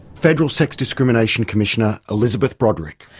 federal sex discrimination commissioner, elizabeth broderick.